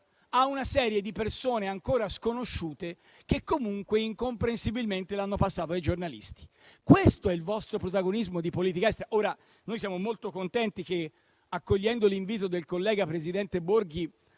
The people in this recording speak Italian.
a una serie di persone ancora sconosciute, che comunque, incomprensibilmente, l'hanno passato ai giornalisti. Questo è il vostro protagonismo di politica estera. Noi siamo molto contenti che, accogliendo l'invito del collega presidente Borghi,